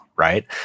Right